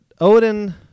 Odin